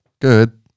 good